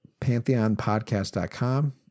Pantheonpodcast.com